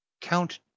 Count